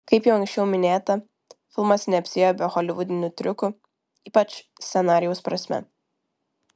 kaip jau anksčiau minėta filmas neapsiėjo be holivudinių triukų ypač scenarijaus prasme